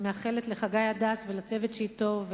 אני מאחלת לחגי הדס ולצוות שאתו,